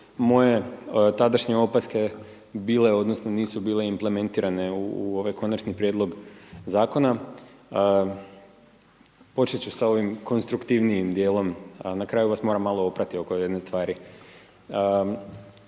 moje tadašnje opaske bile, odnosno nisu bile implementirane u ovaj Konačni prijedlog zakona. Počet ću s ovim konstruktivnijim dijelom. Na kraju vam moram malo oprati oko jedne stvari.